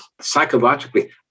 psychologically